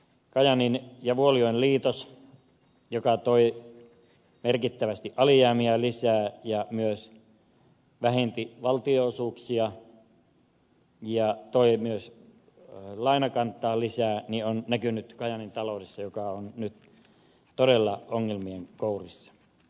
kajaanin ja vuolijoen liitos joka toi merkittävästi alijäämiä lisää ja myös vähensi valtionosuuksia ja toi myös lainakantaa lisää on näkynyt kajaanin taloudessa joka on nyt todella ongelmien kourissa